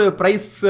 price